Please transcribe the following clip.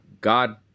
God